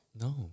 No